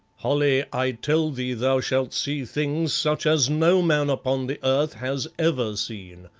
holly, i tell thee thou shalt see things such as no man upon the earth has ever seen.